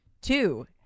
two